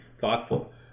thoughtful